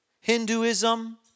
Hinduism